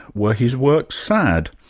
were his works sad?